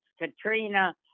Katrina